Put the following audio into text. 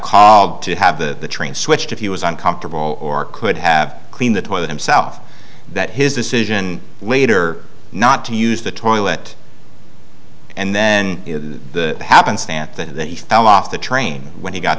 called to have the train switched if he was uncomfortable or could have clean the toilet himself that his decision later not to use the toilet and then the happenstance that he fell off the train when he got